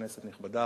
כנסת נכבדה,